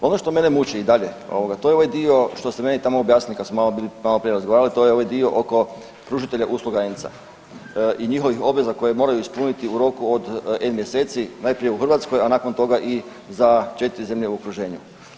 Ono što mene muči i dalje ovoga to je ovaj dio što ste meni tamo objasnili kad smo maloprije razgovarali, to je ovaj dio oko pružatelja usluga ENC-a i njihovih obveza koje moraju ispuniti u roku od N mjeseci najprije u Hrvatskoj, a nakon toga i za 4 zemlje u okruženju.